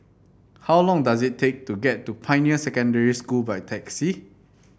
how long does it take to get to Pioneer Secondary School by taxi